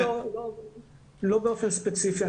לא באופן ספציפי.